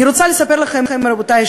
אני רוצה לספר לכם, רבותי,